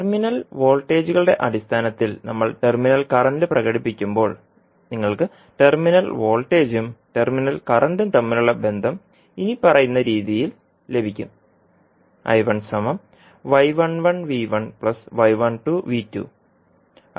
terminal വോൾട്ടേജുകളുടെ അടിസ്ഥാനത്തിൽ നമ്മൾ ടെർമിനൽ കറന്റ് പ്രകടിപ്പിക്കുമ്പോൾ നിങ്ങൾക്ക് ടെർമിനൽ വോൾട്ടേജും ടെർമിനൽ കറന്റും തമ്മിലുള്ള ബന്ധം ഇനിപ്പറയുന്ന രീതിയിൽ ലഭിക്കും